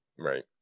right